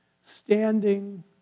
standing